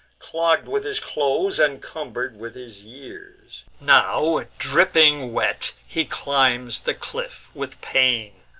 clogg'd with his clothes, and cumber'd with his years now dropping wet, he climbs the cliff with pain.